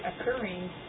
occurring